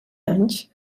anys